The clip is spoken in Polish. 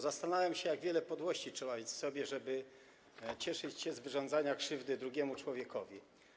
Zastanawiam się, jak wiele podłości trzeba mieć w sobie, żeby cieszyć się z wyrządzania krzywdy drugiemu człowiekowi.